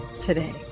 today